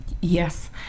Yes